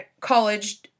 college